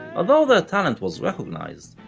although their talent was recognized,